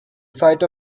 site